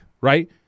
right